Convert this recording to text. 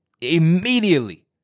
immediately